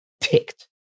ticked